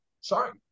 Sorry